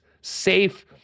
Safe